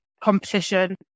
competition